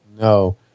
No